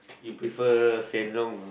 you prefer Hsien-Loong not